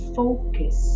focus